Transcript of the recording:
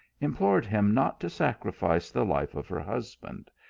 implored him not to sacrifice the life of her husband,